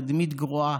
תדמית גרועה,